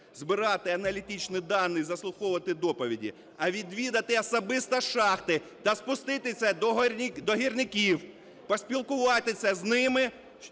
збирати аналітичні дані, заслуховувати доповіді, а відвідати особисто шахти та спуститися до гірників, поспілкуватися з ними,